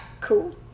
cool